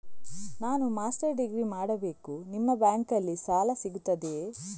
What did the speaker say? ನಾನು master degree ಮಾಡಬೇಕು, ನಿಮ್ಮ ಬ್ಯಾಂಕಲ್ಲಿ ಸಾಲ ಸಿಗುತ್ತದೆಯೇ?